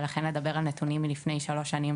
ולכן לדבר על נתונים מלפני שלוש שנים